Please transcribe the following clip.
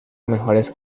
mejores